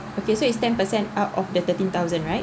okay so it's ten percent out of the thirteen thousand right